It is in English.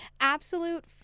absolute